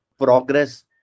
progress